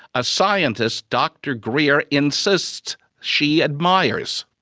a scientist dr greer insists she admires.